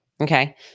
Okay